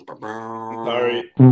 Sorry